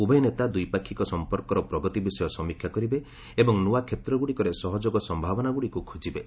ଉଭୟ ନେତା ଦ୍ୱିପାକ୍ଷିକ ସମ୍ପର୍କର ପ୍ରଗତି ବିଷୟ ସମୀକ୍ଷା କରିବେ ଏବଂ ନୂଆ କ୍ଷେତ୍ର ଗୁଡ଼ିକରେ ସହଯୋଗ ସମ୍ଭାବନାଗୁଡ଼ିକୁ ଖୋଜିବେ